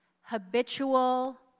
habitual